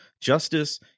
Justice